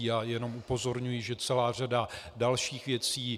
Já jenom upozorňuji, že je celá řada dalších věcí.